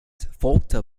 folgte